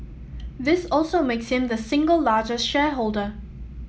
this also makes him the single largest shareholder